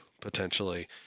potentially